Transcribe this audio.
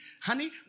Honey